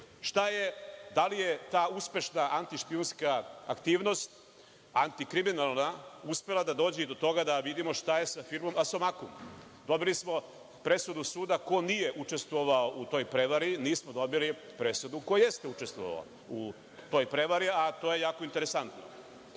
li je ta uspešna antišpijunska aktivnost, antikriminalna uspela da dođe i do toga da vidimo šta je sa firmom „Asomakum“? Dobili smo presudu suda ko nije učestvovao u toj prevari, nismo dobili presudu ko jeste učestovao u toj prevari, a to je jako interesantno. Da